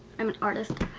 i'm an artist.